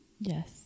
Yes